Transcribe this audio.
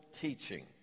teaching